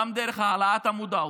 העלאת המודעות,